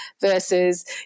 versus